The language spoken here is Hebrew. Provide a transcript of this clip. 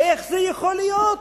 איך זה יכול להיות?